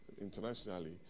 internationally